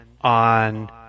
on